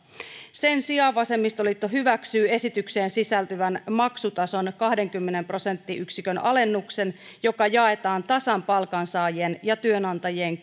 sen sijaan vasemmistoliitto hyväksyy esitykseen sisältyvän maksutason nolla pilkku kahdenkymmenen prosenttiyksikön alennuksen joka jaetaan tasan palkansaajien ja työnantajien